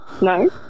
No